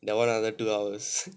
that [one] ah two hours